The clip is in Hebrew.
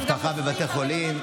אבטחה בבתי חולים.